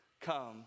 Come